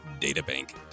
Databank